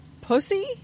pussy